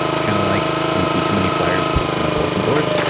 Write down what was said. kind of like when you see too many flyers posted on a bulletin board,